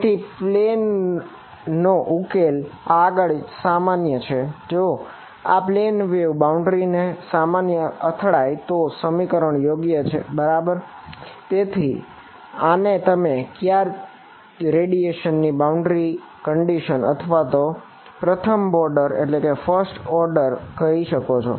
તેથી પ્લેન નો ઉકેલ આગળ માન્ય છે જો આ પ્લેન વેવ કહી શકો છો